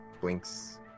Blinks